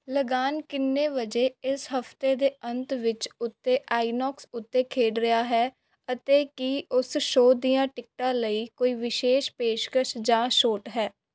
ਲਗਾਨ ਕਿੰਨੇ ਵਜੇ ਇਸ ਹਫਤੇ ਦੇ ਅੰਤ ਵਿਚ ਉੱਤੇ ਆਈਨੌਕਸ ਉੱਤੇ ਖੇਡ ਰਿਹਾ ਹੈ ਅਤੇ ਕੀ ਉਸ ਸ਼ੋਅ ਦੀਆਂ ਟਿਕਟਾਂ ਲਈ ਕੋਈ ਵਿਸ਼ੇਸ਼ ਪੇਸ਼ਕਸ਼ ਜਾਂ ਛੋਟ ਹੈ